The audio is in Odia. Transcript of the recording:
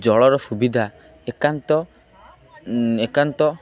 ଜଳର ସୁବିଧା ଏକାନ୍ତ ଏକାନ୍ତ